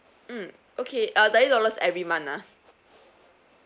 mm okay uh thirty dollars every month ah